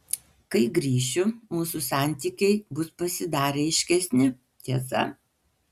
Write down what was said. kai grįšiu mūsų santykiai bus pasidarę aiškesni tiesa